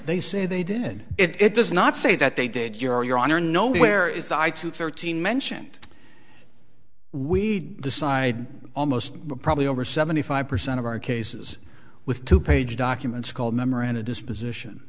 they say they did it does not say that they did your or your honor no where is the i two thirteen mentioned we decide almost probably over seventy five percent of our cases with two page documents called memoranda disposition